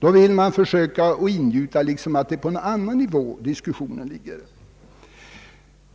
Man vill försöka ingjuta den uppfattningen att det är på en annan nivå diskussionen ligger.